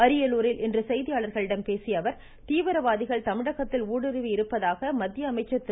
அரியலூரில் இன்று செய்தியாளர்களிடம் பேசிய அவர் தீவிரவாதிகள் தமிழகத்தில் ஊடுருவியிருப்பதாக மத்திய அமைச்சர் திரு